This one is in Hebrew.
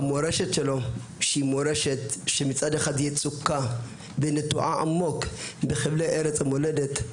המורשת שלו שהיא מורשת שמצד אחד יצוקה ונטועה עמוק בחבלי ארץ המולדת,